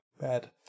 bad